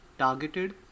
targeted